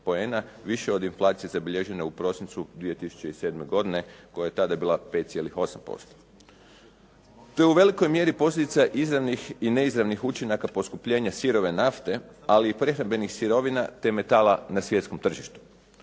više od inflacije zabilježene u prosincu 2007. godine koja je tada bila 5,8%. To je u velikoj mjeri posljedica izravnih i neizravnih učinaka poskupljenja sirove nafte ali i prehrambenih sirovina te metala na svjetskom tržištu.